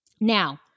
Now